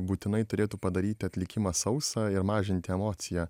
būtinai turėtų padaryti atlikimą sausą ir mažinti emociją